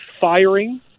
firing